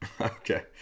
Okay